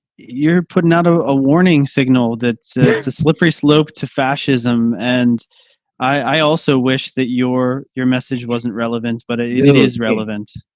you're putting out ah a warning signal that it's a slippery slope to fascism. and i also wish that your your message wasn't relevant, but ah it it is relevant.